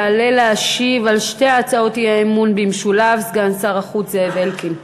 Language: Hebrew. יעלה להשיב על שתי הצעות האי-אמון במשולב סגן שר החוץ זאב אלקין.